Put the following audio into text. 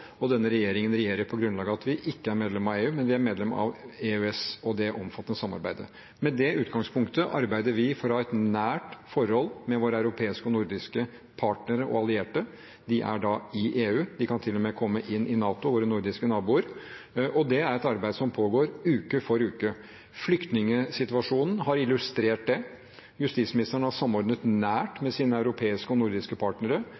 og denne regjeringen regjerer på grunnlag av at vi ikke er medlem av EU. Men vi er medlem av EØS og det omfattende samarbeidet. Med det utgangspunktet arbeider vi for å ha et nært forhold til våre europeiske og nordiske partnere og allierte. De er da i EU, og våre nordiske naboer kan til og med kommet inn i NATO. Og det er et arbeid som pågår uke for uke. Flyktningsituasjonen har illustrert det. Justisministeren har samordnet nært med sine europeiske og nordiske partnere